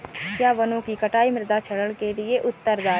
क्या वनों की कटाई मृदा क्षरण के लिए उत्तरदायी है?